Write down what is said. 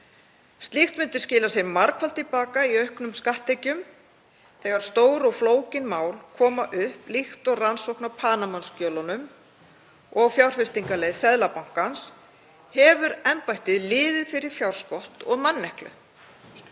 Slíkt myndi skila sér margfalt til baka í auknum skatttekjum. Þegar stór og flókin mál koma upp, líkt og rannsókn á Panama-skjölunum og fjárfestingarleið Seðlabankans, hefur embættið liðið fyrir fjárskort og manneklu.